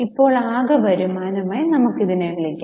ഇപ്പോൾ ആകെ വരുമാനമായി വിളിക്കും